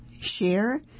share